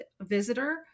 visitor